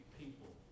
people